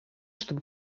чтобы